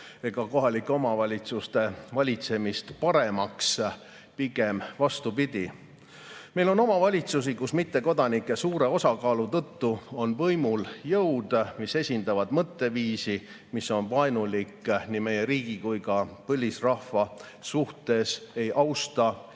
ega kohalike omavalitsuste valitsemist paremaks. Pigem vastupidi. Meil on omavalitsusi, kus mittekodanike suure osakaalu tõttu on võimul jõud, kes esindavad mõtteviisi, mis on vaenulik nii meie riigi kui ka põlisrahva suhtes, ei austa